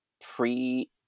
pre